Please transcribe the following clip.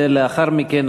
ולאחר מכן,